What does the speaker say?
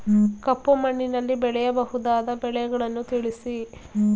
ಕಪ್ಪು ಮಣ್ಣಿನಲ್ಲಿ ಬೆಳೆಯಬಹುದಾದ ಬೆಳೆಗಳನ್ನು ತಿಳಿಸಿ?